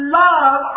love